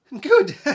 Good